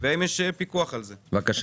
והאם יש על זה פיקוח?